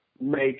make